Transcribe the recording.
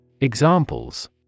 Examples